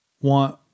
want